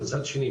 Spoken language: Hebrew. מצד שני,